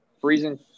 freezing